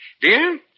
Dear